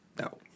no